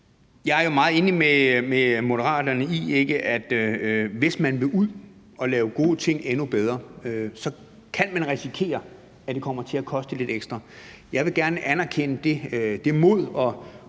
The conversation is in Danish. Jeg er meget enig med Moderaterne i, at hvis man vil ud og lave gode ting endnu bedre, kan man risikere, at det kommer til at koste lidt ekstra. Jeg vil gerne anerkende det mod og